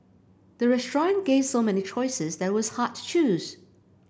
the restaurant gave so many choices that it was hard to choose